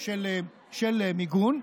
של מיגון,